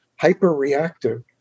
hyperreactive